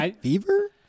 Fever